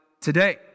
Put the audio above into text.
today